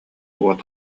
уот